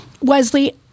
wesley